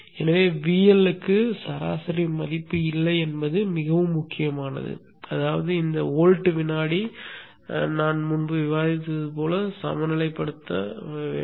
எனவே VL க்கு சராசரி மதிப்பு இல்லை என்பது மிகவும் முக்கியமானது அதாவது இந்த வோல்ட் வினாடி நான் முன்பு விவாதித்தது போல் சமநிலைப்படுத்தப்பட வேண்டும்